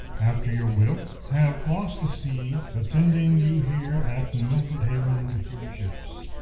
after your will, have cross'd the sea, attending you here at milford haven with your ships,